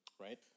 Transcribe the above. right